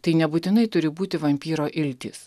tai nebūtinai turi būti vampyro iltys